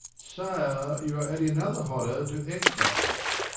sire, you are adding another horror to exile.